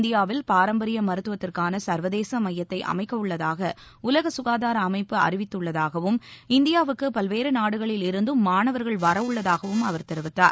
இந்தியாவில் பாரம்பரிய மருத்துவத்திற்கான சர்வதேச மையத்தை அமைக்கவுள்ளதாக உலக சுகாதார அமைப்பு அறிவித்துள்ளதாகவும் இந்தியாவுக்கு பல்வேறு நாடுகளில் இருந்தும் மாணவர்கள் வரவுள்ளதாகவும் அவர் தெரிவித்தார்